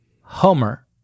Homer